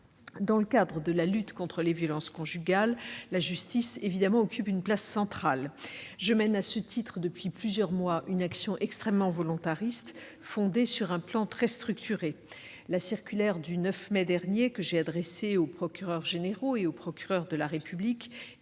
Dans la lutte contre les violences conjugales, la justice occupe évidemment une place centrale. Je mène à ce titre, depuis plusieurs mois, une action volontariste, fondée sur un plan très structuré. La circulaire du 9 mai dernier, que j'ai adressée aux procureurs généraux et aux procureurs de la République,